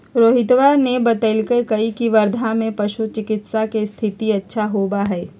रोहितवा ने बतल कई की वर्धा में पशु चिकित्सा के स्थिति अच्छा होबा हई